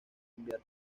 enviar